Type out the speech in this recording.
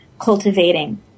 cultivating